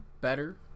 better